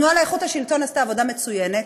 התנועה לאיכות השלטון עשתה עבודה מצוינת,